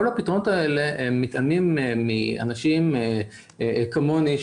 כל הפתרונות האלה מתעלמים מאנשים כמוני,